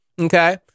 okay